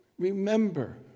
Remember